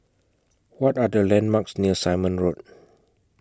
What Are The landmarks near Simon Road